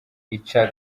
ica